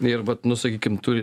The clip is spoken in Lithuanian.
ir vat nu sakykim tu